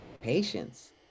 patience